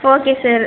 okay sir